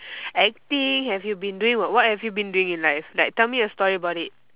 acting have you been doing what have you been doing in life like tell me a story about it